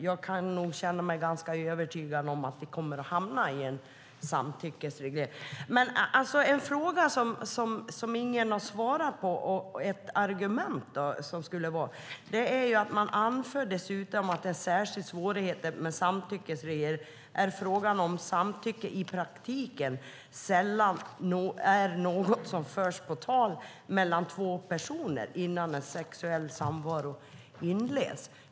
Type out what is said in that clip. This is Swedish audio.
Jag känner mig ganska övertygad om att vi kommer att hamna i en samtyckesreglering. Det finns en fråga som ingen har svarat på och ett argument som skulle kunna användas. Man anför dessutom att en särskild svårighet med samtyckesreglering är att frågan om samtycke i praktiken sällan är något som förs på tal mellan två personer innan en sexuell samvaro inleds.